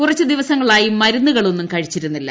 കുറച്ചു ദിവസങ്ങളായി മരുന്നുകളൊന്നും കഴിച്ചിരുന്നില്ല